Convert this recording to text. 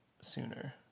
sooner